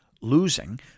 losing